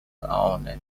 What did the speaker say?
owned